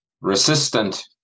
resistant